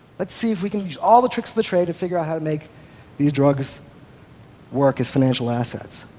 let's see if we can use all the tricks of the trade to figure out how to make these drugs work as financial assets.